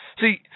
See